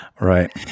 Right